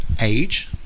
age